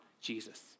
Jesus